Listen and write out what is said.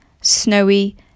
snowy